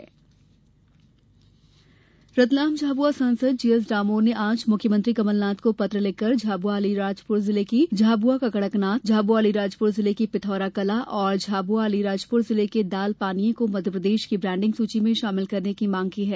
सांसद पत्र रतलाम झाबुआ सांसद जीएस डामोर ने आज मुख्यमंत्री कमलनाथ को पत्र लिखकर झाबुआ अलीराजपुर जिले की झाबुआ का कड़कनाथ झाबुआ अलीराजपुर जिले की पिथौरा कला और झाबुआ अलीराजपुर जिले के दाल पानिये को मध्यप्रदेश की ब्रॉन्डिंग सुची में शामिल करने की मांग की है